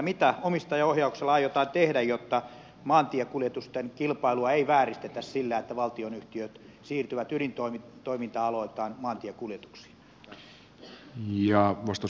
mitä omistajaohjauksella aiotaan tehdä jotta maantiekuljetusten kilpailua ei vääristetä sillä että valtionyhtiöt siirtyvät ydintoiminta aloiltaan maantiekuljetuksiin